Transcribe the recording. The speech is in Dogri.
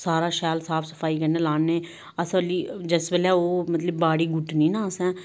सारा शैल साफ सफाई कन्नै लान्ने अस हल्ली जिस बेल्लै ओह् मतलब बाड़ी गुड्डनी ना असेंं